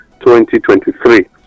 2023